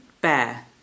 bear